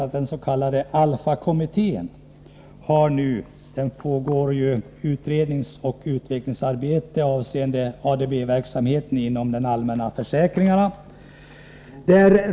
Inom den s.k. ALFA-kommittén pågår ett utredningsoch utvecklingsarbete avseende ADB-verksamheten inom den allmänna försäkringen.